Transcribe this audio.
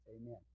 Amen